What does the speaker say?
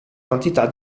quantità